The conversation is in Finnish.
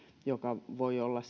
joka voi olla